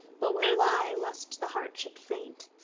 but will lie lest the heart should faint,